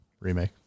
Remake